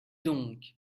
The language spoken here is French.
donc